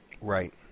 Right